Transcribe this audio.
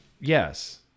Yes